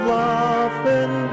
laughing